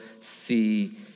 see